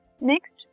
Next